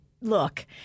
look